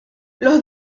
los